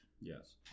yes